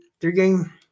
three-game